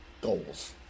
goals